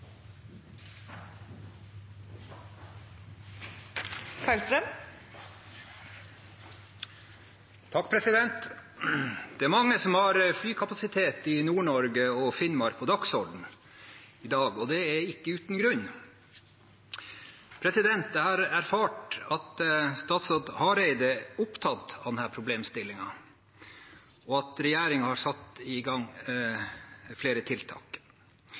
Karlstrøm. Det er mange som har flykapasitet i Nord-Norge og Finnmark på dagsordenen i dag, og det er ikke uten grunn. Jeg har erfart at statsråd Hareide er opptatt av denne problemstillingen, og at regjeringen har satt i gang flere tiltak.